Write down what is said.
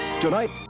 Tonight